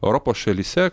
europos šalyse